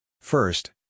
First